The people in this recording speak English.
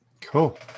Cool